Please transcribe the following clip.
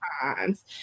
times